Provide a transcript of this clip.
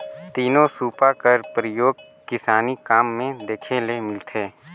तीनो सूपा कर परियोग किसानी काम मे देखे ले मिलथे